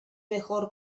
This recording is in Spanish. mejor